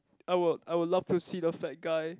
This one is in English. I would I would love to see the fat guy